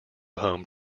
home